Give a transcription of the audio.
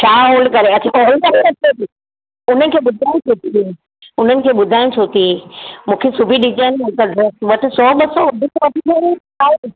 छा होल्ड करे अच्छा होल्ड करे रखियो थी उनखे ॿुधाइ छॾिजे हुननि खे ॿुधाइ छोती मूंखे सिबी ॾिजाइ न त ड्रैस वठ सौ ॿ सौ वधीक वठण में छा आहे